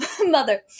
Mother